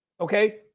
okay